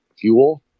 fuel